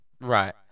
Right